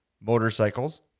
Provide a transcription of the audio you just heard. motorcycles